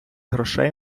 грошей